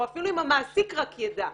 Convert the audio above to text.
או אפילו אם המעסיק רק ידע.